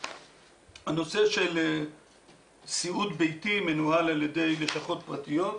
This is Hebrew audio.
הנושא של סיעוד ביתי מנוהל על ידי לשכות פרטיות.